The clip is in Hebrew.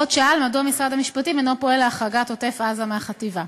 עוד שאל מדוע משרד המשפטים אינו פועל להחרגת עוטף-עזה מהחטיבה.